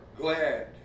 glad